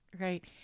Right